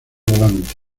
volante